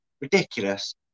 Ridiculous